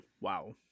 Wow